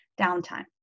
downtime